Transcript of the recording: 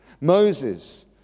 Moses